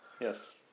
Yes